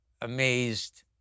amazed